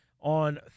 on